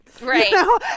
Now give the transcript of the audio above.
Right